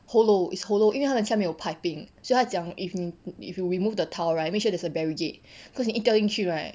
hollow it's hollow 因为它的下面有 piping 所以他讲 if 你 if you remove the tile make sure there's a barrigade cause 你一掉进去 right